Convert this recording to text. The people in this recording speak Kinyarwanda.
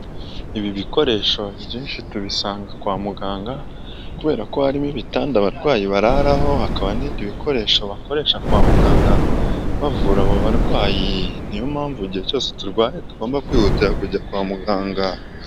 Ibi bikoresho byinshi tubisanga kwa muganga, kubera ko harimo ibitanda abarwayi barararaho hakaba n'ibindi bikoresho bakoresha kwa muganga bavura abo barwayi, niyo mpamvu igihe cyose turwaye tugomba kwihutira kujya kwa muganga.